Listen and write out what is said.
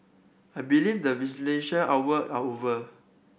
I believe the visitation hour are over